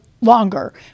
longer